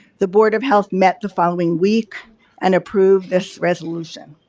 the board of health met the following week and approved this resolution.